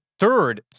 third